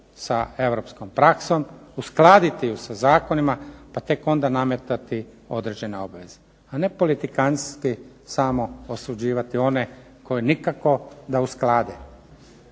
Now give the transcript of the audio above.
sa europskom praksom, uskladiti ju sa zakonima, pa tek onda nametati određene obveze, a ne politikantski samo osuđivati one koji nikako da usklade